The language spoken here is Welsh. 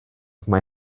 mae